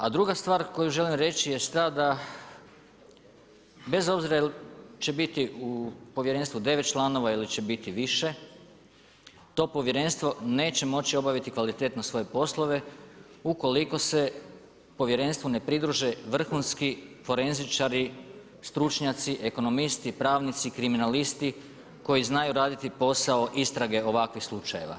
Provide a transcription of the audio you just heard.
A druga stvar koju želim reći jest ta da bez obzira jel će biti u povjerenstvu 9 članova ili će biti više to povjerenstvo neće moći obaviti kvalitetno svoje poslove ukoliko se povjerenstvu ne pridruže vrhunski forenzičari, stručnjaci, ekonomisti, pravnici, kriminalisti koji znaju raditi posao istrage ovakvih slučajeva.